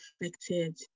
affected